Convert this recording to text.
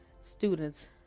students